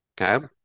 Okay